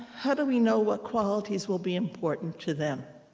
how do we know what qualities will be important to them?